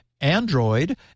Android